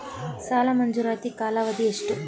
ಸಾಲ ಮಂಜೂರಾತಿ ಕಾಲಾವಧಿ ಎಷ್ಟು?